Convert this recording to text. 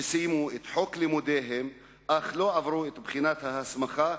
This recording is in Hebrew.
שסיימו את חוק לימודיהם אך לא עברו את בחינת ההסמכה,